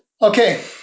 Okay